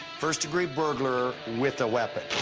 first degree burger with a weapon.